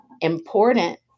Important